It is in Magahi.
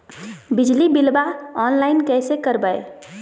बिजली बिलाबा ऑनलाइन कैसे करबै?